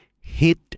hit